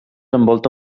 envolta